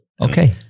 Okay